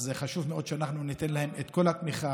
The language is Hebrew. אז חשוב מאוד שאנחנו ניתן להם את כל התמיכה,